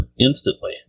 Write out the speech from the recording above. instantly